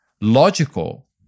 logical